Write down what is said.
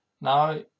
now